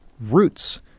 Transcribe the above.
Roots